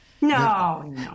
No